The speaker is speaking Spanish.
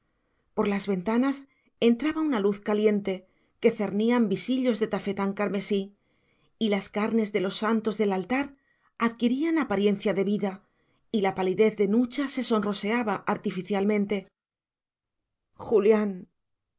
por las ventanas entraba una luz caliente que cernían visillos de tafetán carmesí y las carnes de los santos del altar adquirían apariencia de vida y la palidez de nucha se sonroseaba artificialmente julián